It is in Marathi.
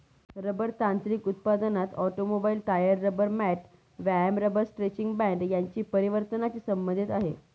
रबर तांत्रिक उत्पादनात ऑटोमोबाईल, टायर, रबर मॅट, व्यायाम रबर स्ट्रेचिंग बँड यांच्या परिवर्तनाची संबंधित आहे